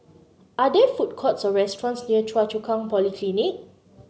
are there food courts or restaurants near Choa Chu Kang Polyclinic